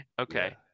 okay